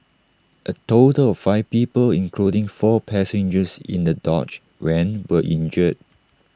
A total of five people including four passengers in the dodge van were injured